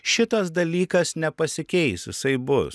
šitas dalykas nepasikeis jisai bus